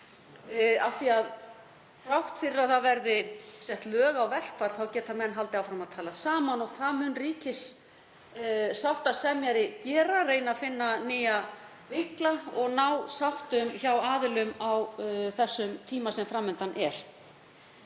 hinn. En þrátt fyrir að það verði sett lög á verkfall þá geta menn haldið áfram að tala saman og það mun ríkissáttasemjari gera, reyna að finna nýja vinkla og ná sáttum hjá aðilum á þeim tíma sem fram undan er.